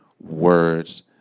words